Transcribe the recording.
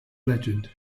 legend